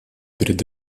перед